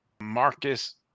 Marcus